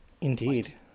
Indeed